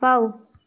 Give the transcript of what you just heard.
wow